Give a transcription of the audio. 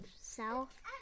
south